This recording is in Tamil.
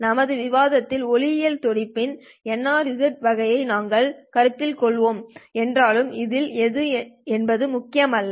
நமது விவாதத்தில் ஒளியியல் துடிப்பு NRZ வகையை நாங்கள் கருத்தில் கொள்வோம் என்றாலும் இதில் எது என்பது முக்கியமல்ல